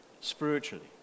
spiritually